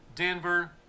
Denver